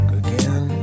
again